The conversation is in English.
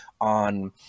on